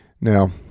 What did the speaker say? Now